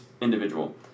individual